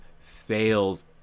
fails